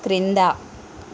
క్రింద